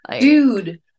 dude